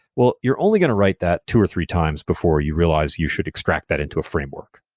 well, you're only going to write that two or three times before you realize you should extract that into a framework.